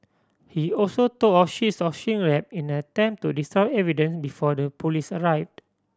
he also tore off sheets of shrink wrap in an attempt to destroy evidence before the police arrived